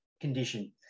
condition